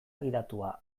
gidatua